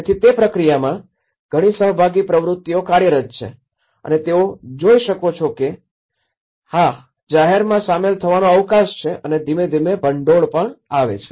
તેથી તે પ્રક્રિયામાં ઘણી સહભાગી પ્રવૃત્તિઓ કાર્યરત છે અને તેઓ જોઈ શકો છો કે હા જાહેરમાં શામેલ થવાનો અવકાશ છે અને ધીમે ધીમે ભંડોળ પણ આવે છે